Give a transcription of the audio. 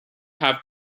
have